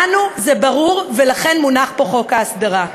לנו זה ברור, ולכן מונח פה חוק ההסדרה.